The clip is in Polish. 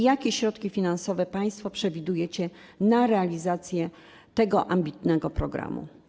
Jakie środki finansowe państwo przewidujecie na realizację tego ambitnego programu?